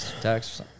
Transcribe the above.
text